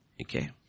Okay